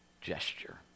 gesture